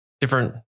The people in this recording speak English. different